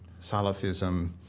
Salafism